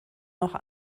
noch